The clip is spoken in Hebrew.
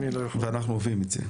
ואנחנו אוהבים את זה.